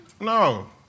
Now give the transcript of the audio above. no